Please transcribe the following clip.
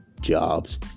jobs